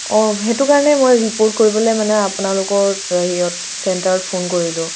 অঁ সেইটো কাৰণে মই ৰিপৰ্ট কৰিবলৈ মানে আপোনালোকৰ হেৰিয়ত চেণ্টাৰত ফোন কৰিলোঁ